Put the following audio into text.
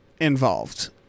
involved